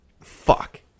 fuck